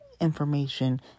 information